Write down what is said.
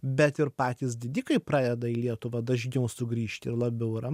bet ir patys didikai pradeda į lietuvą dažniau sugrįžti ir labiau yra